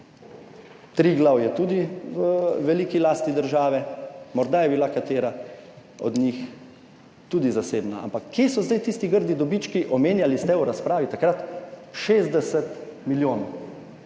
Triglav je tudi v veliki lasti države, morda je bila katera od njih tudi zasebna, ampak kje so zdaj tisti grdi dobički? Omenjali ste v razpravi takrat 60 milijonov,